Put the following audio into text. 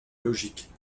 logique